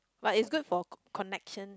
but it's good for co~ connection